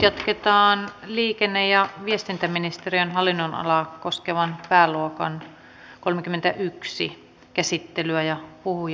ette arvioi päätöstenne vaikutuksia heikoimpien asemaan ette lapsiperheisiin ette tasa arvoon